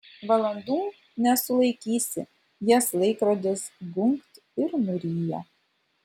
valandų nesulaikysi jas laikrodis gunkt ir nuryja